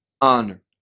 honor